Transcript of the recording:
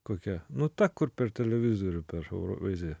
kokia nu ta kur per televizorių per euroviziją